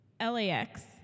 LAX